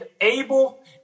able